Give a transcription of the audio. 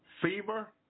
fever